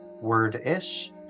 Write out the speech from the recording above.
word-ish